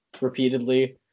repeatedly